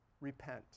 repent